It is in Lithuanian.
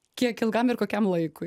kiek ilgam ir kokiam laikui